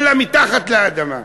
אלא מתחת לאדמה.